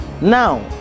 Now